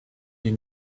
die